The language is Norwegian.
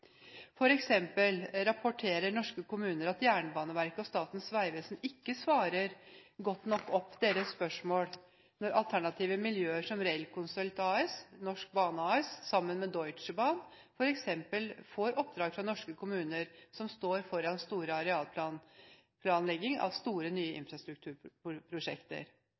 rapporterer norske kommuner at Jernbaneverket og Statens vegvesen ikke svarer godt nok på deres spørsmål. Alternative miljøer som Railconsult AS og Norsk Bane AS, sammen med Deutsche Bahn, får f.eks. oppdrag fra norske kommuner som står foran arealplanlegging av nye store